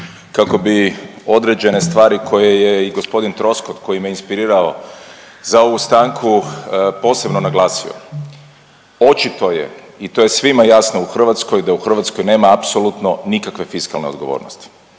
kako bi određene stvari koje je i g. Troskot koji me inspirirao za ovu stanku posebno naglasio. Očito je i to je svima jasno u Hrvatskoj, da u Hrvatskoj nema apsolutno nikakve fiskalne odgovornosti,